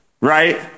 right